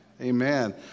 Amen